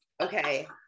okay